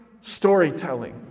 storytelling